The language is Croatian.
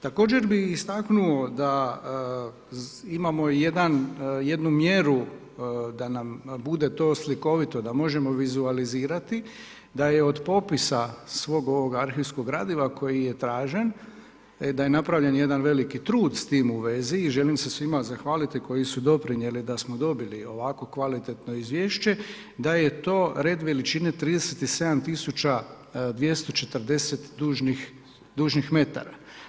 Također bi istaknuo da imamo jednu mjeru da nam bude to slikovito, da možemo vizualizirati da je od popisa svog ovog arhivskog gradiva koji je tražen, da je napravljen jedan veliki trud s tim u vezi i želim se svima zahvaliti koji su doprinijeli da smo dobili ovako kvalitetno izvješće, da je to red veličine 37 tisuća 240 dužnih metara.